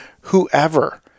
whoever